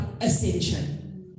ascension